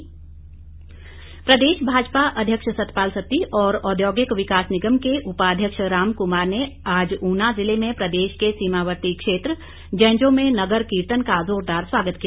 स्वागत प्रदेश भाजपा अध्यक्ष सतपाल सत्ती और औद्योगिक विकास निगम के उपाध्यक्ष राम क्मार ने आज ऊना जिले में प्रदेश के सीमावर्ती क्षेत्र जैजों में नगर कीर्तन का जोरदार स्वागत किया